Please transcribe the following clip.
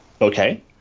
Okay